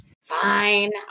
Fine